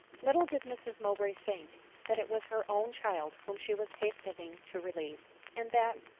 little did mrs mowbray think that it was her own child whom she was hastening to relieve and that,